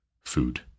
food